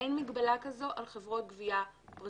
אין מגבלה כזו על חברות גבייה.